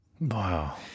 Wow